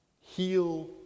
heal